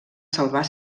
salvar